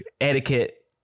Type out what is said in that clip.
etiquette